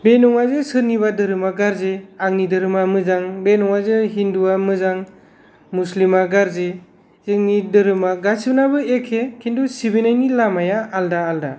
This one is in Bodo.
बे नङा जे सोरनिबा धोरोमआ गाज्रि आंनि धोरोमा मोजां बे नङा जे हिन्दु आ मोजां मुस्लिम आ गाज्रि जोंनि धोरोमआ गासैनाबो एखे खिन्थु सिबिनायनि लामाया आलादा आलादा